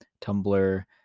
Tumblr